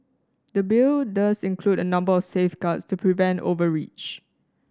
the Bill does include a number of safeguards to prevent overreach